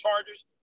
Chargers